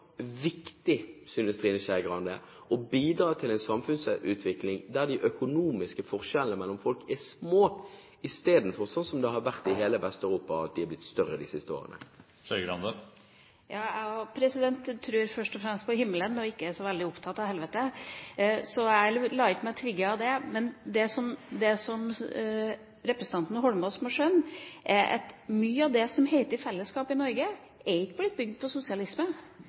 Trine Skei Grande, å bidra til en samfunnsutvikling der de økonomiske forskjellene mellom folk er små i stedet for, slik som det har vært i hele Vest-Europa, at de er blitt større de siste årene? Jeg tror først og fremst på himmelen, og er ikke så veldig opptatt av helvete, så jeg lar meg ikke trigge av det. Det representanten Holmås må skjønne, er at mye av det som heter fellesskap i Norge, er ikke blitt bygd på sosialisme.